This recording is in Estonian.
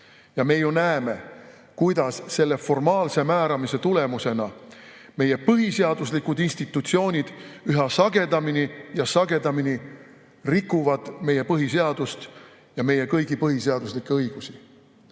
ja me näeme, kuidas selle formaalse määramise tulemusena meie põhiseaduslikud institutsioonid üha sagedamini ja sagedamini rikuvad meie põhiseadust ja meie kõigi põhiseaduslikke õigusi.